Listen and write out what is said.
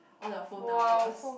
all the phone numbers